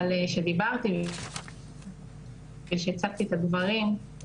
לכאן באמת הבנתי שחוויתי המון אלימות,